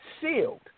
sealed